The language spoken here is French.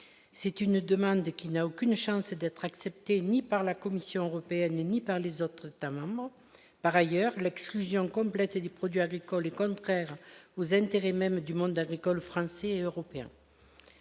c'est une demande qui n'a aucune chance d'être acceptée ni par la Commission européenne, ni par les autres États-membres par ailleurs l'exclusion complète et les produits agricoles et contraire aux intérêts même du monde agricole français et européen.